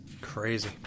crazy